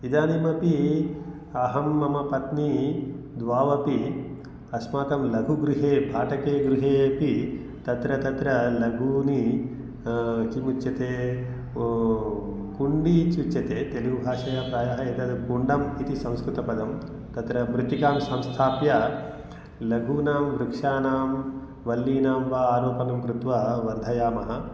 इदानीमपि अहं मम पत्नी द्वावपि अस्माकं लघुगृहे भाटके गृहेऽपि तत्र तत्र लघूनि किमुच्यते कुण्डी इत्युच्यते तेलुगुभाषया प्रायः एतत् कुण्डं इति संस्कृतपदं तत्र मृत्तिकां संस्थाप्य लघूनां वृक्षाणां वल्लीनां वा अरोपणं कृत्वा वर्धयामः